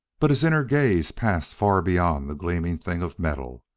but his inner gaze passed far beyond the gleaming thing of metal,